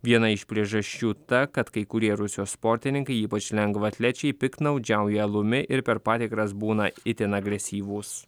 viena iš priežasčių ta kad kai kurie rusijos sportininkai ypač lengvaatlečiai piktnaudžiauja alumi ir per patikras būna itin agresyvūs